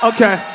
Okay